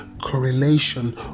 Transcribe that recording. correlation